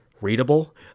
readable